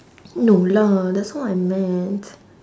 no lah that's not what I meant